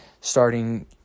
starting